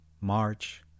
March